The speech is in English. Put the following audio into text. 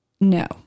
No